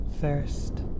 first